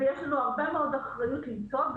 ויש לנו הרבה מאוד אחריות למצוא,